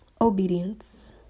Obedience